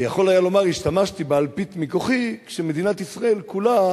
הוא היה יכול לומר: השתמשתי באלפית מכוחי כשמדינת ישראל כולה